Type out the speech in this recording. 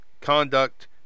conduct